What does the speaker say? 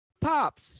Pops